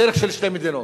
בדרך של שתי מדינות,